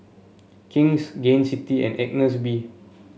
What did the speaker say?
King's Gain City and Agnes B